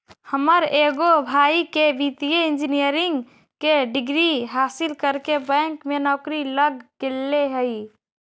हमर एगो भाई के वित्तीय इंजीनियरिंग के डिग्री हासिल करके बैंक में नौकरी लग गेले हइ